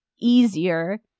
easier